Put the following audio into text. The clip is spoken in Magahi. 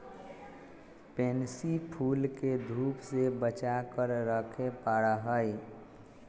पेनसी फूल के धूप से बचा कर रखे पड़ा हई